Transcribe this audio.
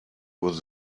was